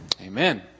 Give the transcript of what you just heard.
Amen